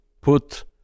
put